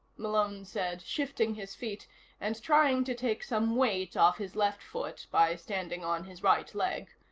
malone said, shifting his feet and trying to take some weight off his left foot by standing on his right leg.